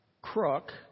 crook